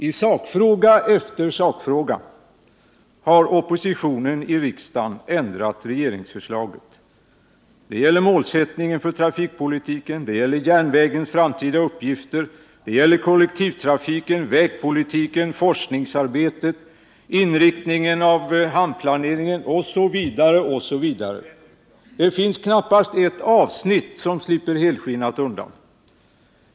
I sakfråga efter sakfråga har oppositionen i riksdagen ändrat regeringsförslaget. Det gäller målsättningen för trafikpolitiken, järnvägens framtida uppgift, kollektivtrafiken, vägpolitiken, forskningsarbetet, inriktning av hamnplaneringen osv. Det finns knappast ett avsnitt som slipper helskinnat undan.